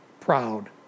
proud